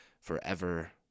forever